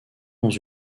dans